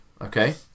Okay